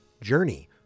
journey